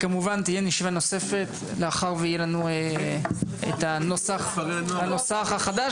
תתקיים ישיבה נוספת לאחר שיהיה לנו את הנוסח החדש.